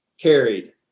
carried